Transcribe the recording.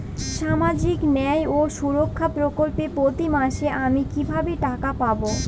সামাজিক ন্যায় ও সুরক্ষা প্রকল্পে প্রতি মাসে আমি কিভাবে টাকা পাবো?